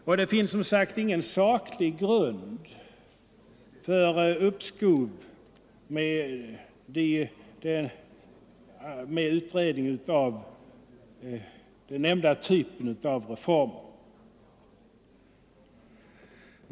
Och det finns ingen saklig grund för uppskov med utredningen av den nämnda typen av reformer.